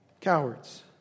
cowards